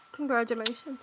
Congratulations